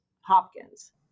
Hopkins